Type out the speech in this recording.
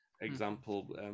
example